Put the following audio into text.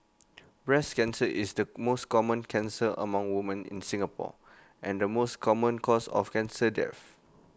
breast cancer is the most common cancer among women in Singapore and the most common cause of cancer death